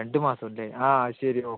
രണ്ട് മാസം അല്ലേ ആ ശരി ഓക്കെ